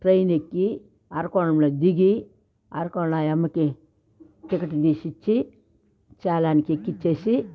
train ఎక్కి అరకోనంలో దిగి అరకోనంలో ఆయమ్మకి టికెట్ తీసి ఇచ్చి సేలానికి ఎక్కించి